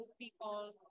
people